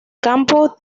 campo